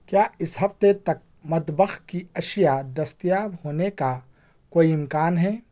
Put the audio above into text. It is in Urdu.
کیا اس ہفتے تک مطبخ کی اشیاء دستیاب ہونے کا کوئی امکان ہے